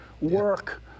work